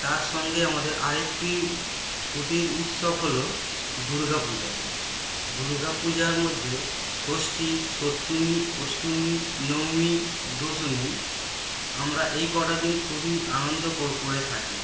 তার সঙ্গে আমাদের আরেকটি ছুটির উৎসব হলো দুর্গা পূজা দুর্গা পূজার মধ্যে ষষ্ঠী সপ্তমী অষ্টমী নবমী দশমী আমরা এই কটা দিন খুবই আনন্দ করে থাকি